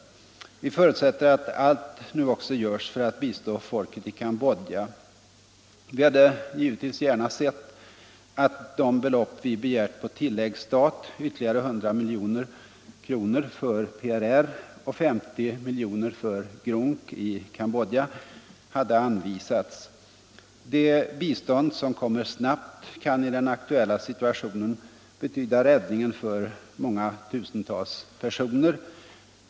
Vi förutsätter att allt nu också görs för att bistå folket i Cambodja. Vi hade givetvis gärna sett att de belopp vi begärt 'på tilläggsstat — ytterligare 100 milj.kr. för PRR och 50 milj.kr. för GRUNK i Cambodja — hade anvisats. Det bistånd som kommer snabbt kan i den aktuella situationen betyda räddningen för många tusentals personer.